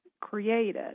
created